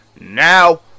now